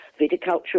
viticulture